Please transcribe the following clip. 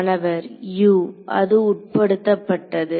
மாணவர் U Refer Time 2400 அது உட்படுத்தப்பட்டது